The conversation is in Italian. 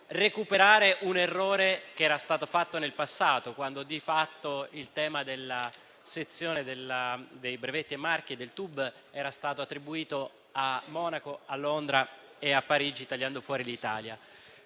recuperare un errore commesso in passato, quando, di fatto, il tema della sezione dei brevetti e marchi del TUB era stato attribuito a Monaco, a Londra e a Parigi, tagliando fuori l'Italia.